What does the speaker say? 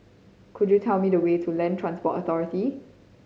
could you tell me the way to Land Transport Authority